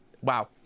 wow